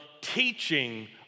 teaching